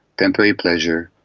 temporary pleasure,